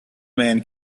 man